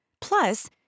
Plus